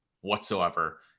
whatsoever